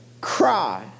cry